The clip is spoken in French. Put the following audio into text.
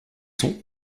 sont